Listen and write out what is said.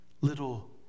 little